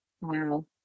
wow